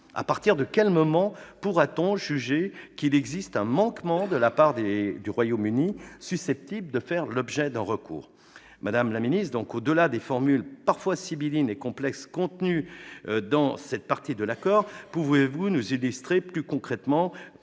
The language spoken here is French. À partir de quel moment pourra-t-on juger qu'il existe un manquement de la part du Royaume-Uni, susceptible de faire l'objet d'un recours ? Madame la ministre, au-delà des formules parfois sibyllines et complexes figurant dans cette partie de l'accord, pouvez-vous illustrer plus concrètement et détailler